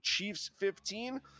Chiefs15